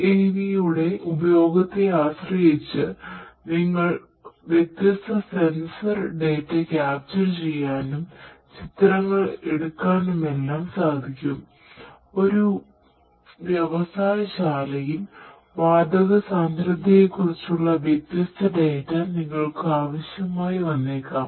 UAV യുടെ ഉപയോഗത്തിനെ ആശ്രയിച്ച് നിങ്ങൾക്ക് വ്യത്യസ്ത സെൻസർ ഡാറ്റ നിങ്ങൾക്കു ആവശ്യമായി വന്നേക്കാം